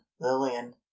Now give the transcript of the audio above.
lillian